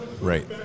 Right